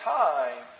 time